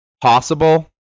possible